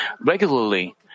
regularly